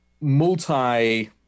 multi